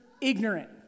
ignorant